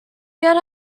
get